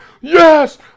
yes